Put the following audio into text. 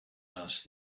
asked